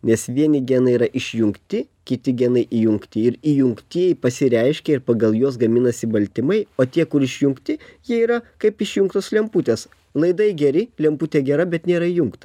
nes vieni genai yra išjungti kiti genai įjungti ir įjungtieji pasireiškia ir pagal juos gaminasi baltymai o tie kur išjungti jie yra kaip išjungtos lemputės laidai geri lemputė gera bet nėra įjungta